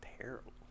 terrible